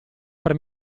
per